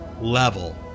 level